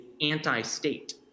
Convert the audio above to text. anti-state